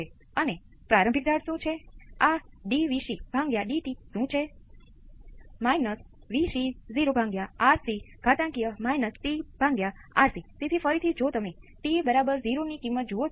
તેથી પહેલા તમે બધા સ્રોતોને 0 પર સેટ કરો અને પછી તમે બધા સંભવિત સમાંતર સંયોજનોને એક જ કેપેસિટર માં ભેગા કરો